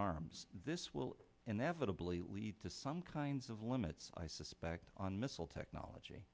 arms this will inevitably lead to some kinds of limits i suspect on missile technology